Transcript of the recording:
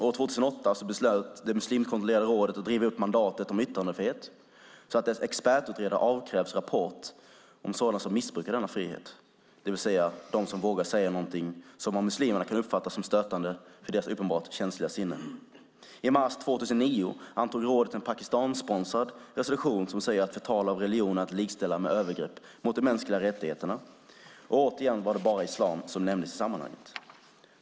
År 2008 beslöt det muslimkontrollerade rådet att riva upp mandatet om yttrandefrihet så att dess expertutredare avkrävs rapport om sådana som "missbrukar" denna frihet, det vill säga de som vågar säga något som av muslimerna kan uppfattas som stötande för deras uppenbart känsliga sinne. I mars 2009 antog rådet en Pakistansponsrad resolution som säger att "förtal av religioner" är att likställa med övergrepp mot de mänskliga rättigheterna, och återigen var det bara islam som nämndes i sammanhanget.